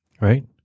right